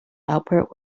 output